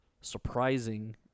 surprising